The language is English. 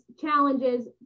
challenges